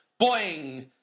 Boing